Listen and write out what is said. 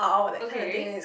okay